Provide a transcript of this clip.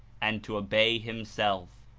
and to obey himself.